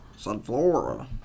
Sunflora